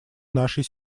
нашей